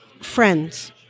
friends